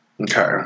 Okay